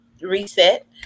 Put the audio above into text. reset